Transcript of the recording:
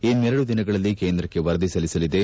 ಇನ್ನೆರಡು ದಿನಗಳಲ್ಲಿ ಕೇಂದ್ರಕ್ಕೆ ವರದಿ ಸಲ್ಲಿಸಲಿದೆ